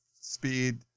speed